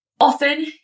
often